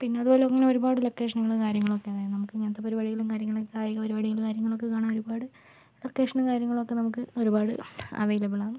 പിന്നെ അതുപോലെ അങ്ങനെ ഒരുപാട് ലൊക്കേഷനും കാര്യങ്ങളും ഒക്കെ അതായത് നമുക്ക് ഇങ്ങനത്തെ പരിപാടികളും കാര്യങ്ങളും കായിക പരിപാടികളും കാര്യങ്ങളും ഒക്കെ കാണാൻ ഒരുപാട് ലൊക്കേഷനും കാര്യങ്ങളും ഒക്കെ നമുക്ക് ഒരുപാട് അവൈലബിൾ ആണ്